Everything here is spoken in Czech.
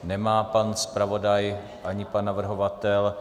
Nemá pan zpravodaj ani pan navrhovatel.